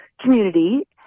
community